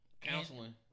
counseling